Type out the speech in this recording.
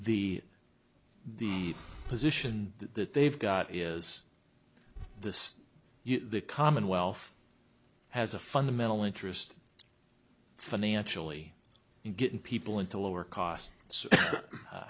s the position that they've got is this the commonwealth has a fundamental interest financially in getting people into lower cost